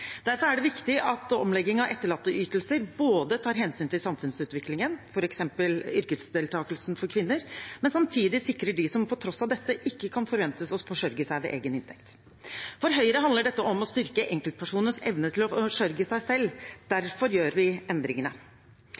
Derfor er det viktig at omleggingen av etterlatteytelser tar hensyn til samfunnsutviklingen, f.eks. yrkesdeltakelsen til kvinner, men samtidig sikrer dem som på tross av dette ikke kan forventes å forsørge seg ved egen inntekt. For Høyre handler dette om å styrke enkeltpersoners evne til å forsørge seg selv. Derfor gjør vi endringene.